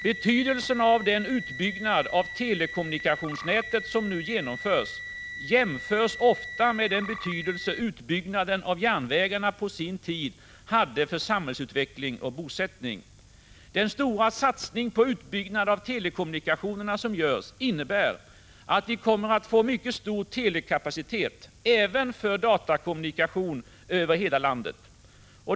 Betydelsen av den utbyggnad av telekommunikationsnätet som nu genomförs jämförs ofta med den betydelse utbyggnaden av järnvägarna på sin tid hade för samhällsutveckling och bosättning. Den stora satsning på utbyggnad av telekommunikationerna som görs innebär att vi kommer att få mycket stor telekapacitet— även för datakommunikation — över hela landet.